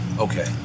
Okay